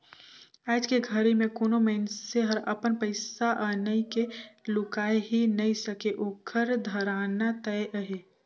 आयज के घरी मे कोनो मइनसे हर अपन पइसा अनई के लुकाय ही नइ सके ओखर धराना तय अहे